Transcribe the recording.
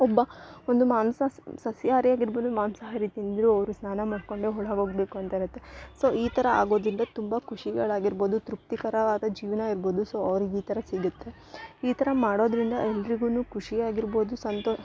ಒಬ್ಬ ಒಂದು ಮಾಂಸ ಸಸ್ಯಹಾರಿ ಆಗಿರ್ಬೋದು ಮಾಂಸಹಾರಿ ತಿಂದರು ಅವರು ಸ್ನಾನ ಮಾಡಿಕೊಂಡೆ ಒಳಗ್ ಹೋಗಬೇಕು ಅಂತ ಇರುತ್ತೆ ಸೊ ಈ ಥರ ಆಗೋದರಿಂದ ತುಂಬ ಖುಷಿಗಳ್ ಆಗಿರ್ಬೋದು ತೃಪ್ತಿಕರವಾದ ಜೀವನ ಇರ್ಬೋದು ಸೊ ಅವ್ರಿಗೆ ಈ ಥರ ಸಿಗುತ್ತೆ ಈ ಥರ ಮಾಡೋದರಿಂದ ಎಲ್ರಿಗು ಕುಷಿಯಾಗಿರ್ಬೋದು ಸಂತೋಷ